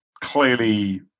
Clearly